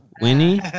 Winnie